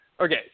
Okay